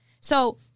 So-